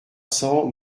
cents